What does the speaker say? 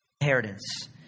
inheritance